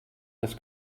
des